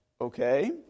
Okay